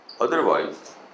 Otherwise